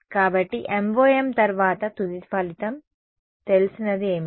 కాబట్టి MoM తర్వాత తుది ఫలితం తెలిసినది ఏమిటి